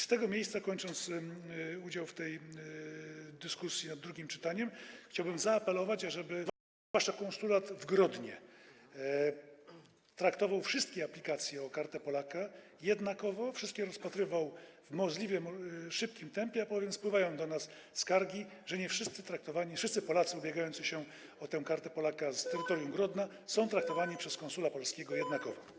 Z tego miejsca, kończąc udział w tej dyskusji w drugim czytaniu, chciałbym zaapelować, ażeby zwłaszcza konsulat w Grodnie traktował wszystkie aplikacje o Kartę Polaka jednakowo, wszystkie rozpatrywał w możliwie szybkim tempie, bowiem spływają do nas skargi, że nie wszyscy Polacy ubiegający się o Kartę Polaka z terytorium Grodna są traktowani przez konsula polskiego jednakowo.